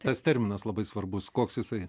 tas terminas labai svarbus koks jisai